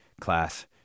class